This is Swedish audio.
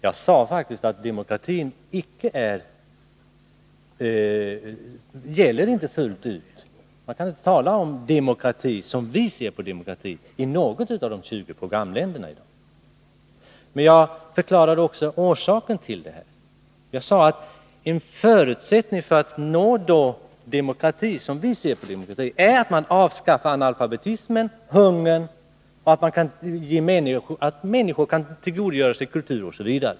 Jag framhöll faktiskt att demokratin inte gäller fullt ut och att man inte kan tala om demokrati i vår mening i något av de 20 programländerna. Jag förklarade också orsaken härtill. Jag sade att en förutsättning för att nå demokrati är att man avskaffar analfabetism och hunger och att människorna kan tillgodogöra sig kultur.